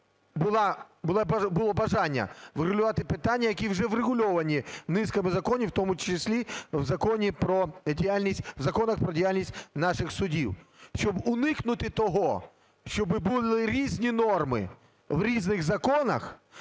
було бажання врегулювати питання, які вже врегульовані низками законів, в тому числі в Законі про діяльність, в законах про діяльність наших судів. Щоб уникнути того, щоби були різні норми в різних законах,